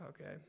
Okay